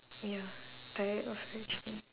ya tired of actually